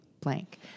blank